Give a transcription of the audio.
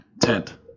tent